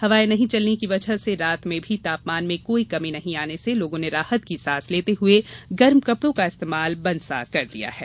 हवायें नहीं चलने की वजह से रात में भी तापमान में कोई कमी नहीं आने से लोगों ने राहत की सांस लेते हुए गर्म कपड़ो का इस्तेमाल बंद सा कर दिया है